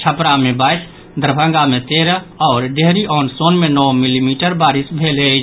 छपरा मे बाईस दरभंगा मे तेरह आओर डेहरी ऑन सोन मे नओ मिलीमीटर बारिश भेल अछि